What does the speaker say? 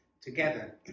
together